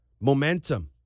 Momentum